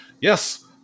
yes